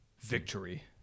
Victory